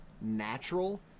natural